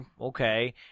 okay